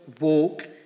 walk